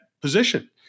position